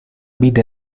vida